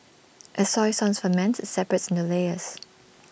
as soy sauce ferments IT separates no layers